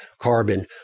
carbon